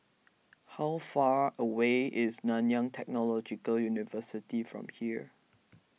how far away is Nanyang Technological University from here